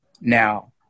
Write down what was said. now